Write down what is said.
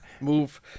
move